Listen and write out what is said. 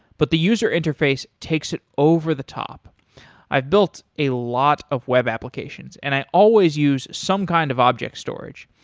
but the user interface takes it over the top i've built a lot of web applications and i always use some kind of object storage.